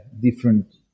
different